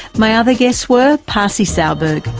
my other guests were pasi sahlberg,